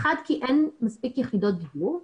האחד, כי אין מספיק יחידות דיור,